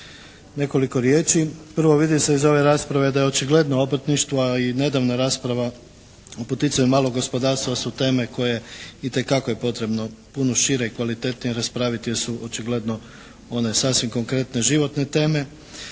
nekoliko riječi. Prvo vidi se iz ove rasprave da je očigledno obrtništva i nedavna rasprava o poticanju malog gospodarstva su teme koje itekako je potrebno puno šire i kvalitetnije raspraviti jer su očigledno one sasvim konkretne, životne teme.